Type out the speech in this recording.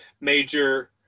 major